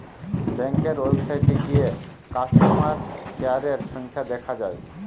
ব্যাংকের ওয়েবসাইটে গিয়ে কাস্টমার কেয়ারের সংখ্যা দেখা যায়